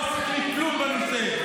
לא עשיתם כלום בנושא.